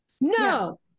No